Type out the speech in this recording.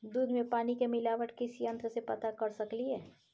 दूध में पानी के मिलावट किस यंत्र से पता कर सकलिए?